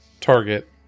target